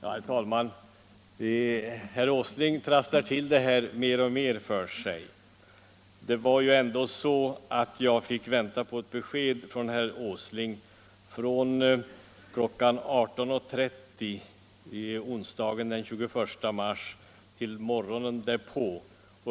Herr talman! Herr Åsling trasslar till det för sig mer och mer. Det var ju ändå så att jag fick vänta på ett besked från herr Åsling från kl. 18.30 onsdagen den 21 mars till morgonen därpå.